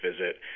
visit